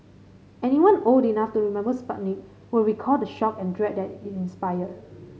anyone old enough to remember Sputnik will recall the shock and dread that it inspired